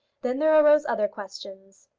then there arose other questions.